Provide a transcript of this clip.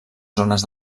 zones